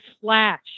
flash